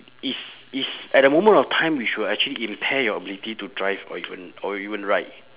it's it's at the moment of time you should actually impair your ability to drive or even or even ride